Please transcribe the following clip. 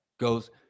Goes